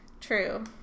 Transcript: True